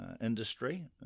industry